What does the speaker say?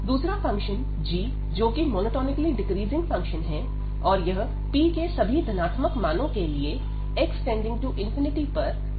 दूसरा function g जो कि मोनोटोनिकली डिक्रीजिंग फंक्शन है और यह p के सभी धनात्मक मानो के लिए x→∞पर 0 की तरफ जाता है